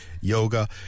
yoga